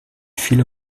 viele